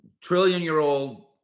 trillion-year-old